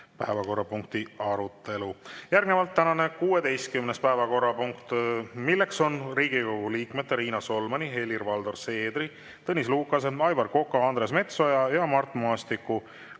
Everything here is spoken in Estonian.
Aivar Koka. Palun! Järgnevalt tänane 16. päevakorrapunkt, Riigikogu liikmete Riina Solmani, Helir-Valdor Seedri, Tõnis Lukase, Aivar Koka, Andres Metsoja ja Mart Maastiku